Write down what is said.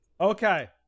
Okay